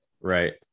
Right